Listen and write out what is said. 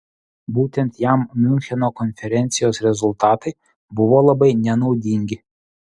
būtent jam miuncheno konferencijos rezultatai buvo labai nenaudingi